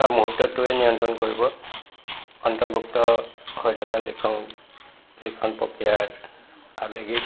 বা মুহূৰ্তটোৱে নিয়ন্ত্ৰণ কৰিব অন্তৰ্ভুক্ত হৈ থকা লিখন লিখন প্ৰক্ৰিয়াৰ আবেগিক